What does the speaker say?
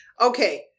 Okay